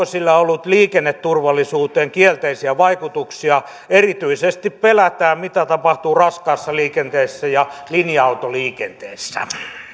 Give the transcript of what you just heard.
sillä ollut liikenneturvallisuuteen kielteisiä vaikutuksia erityisesti pelätään mitä tapahtuu raskaassa liikenteessä ja linja autoliikenteessä